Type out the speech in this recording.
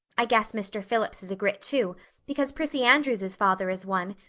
i guess mr. phillips is a grit too because prissy andrews's father is one,